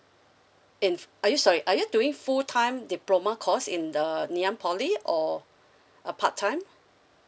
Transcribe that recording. in are you sorry are you doing full time diploma course in the nanyang poly or a part time